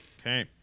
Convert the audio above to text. Okay